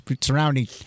surrounding